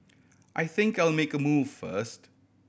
I think I'll make a move first